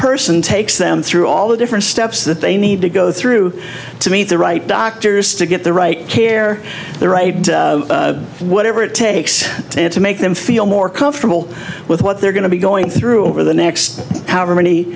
person takes them through all the different steps that they need to go through to meet the right doctors to get the right care the right whatever it takes to make them feel more comfortable with what they're going to be going through over the next however many